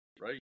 right